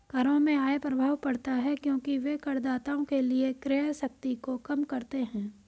करों से आय प्रभाव पड़ता है क्योंकि वे करदाताओं के लिए क्रय शक्ति को कम करते हैं